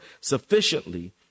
sufficiently